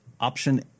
Option